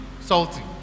salty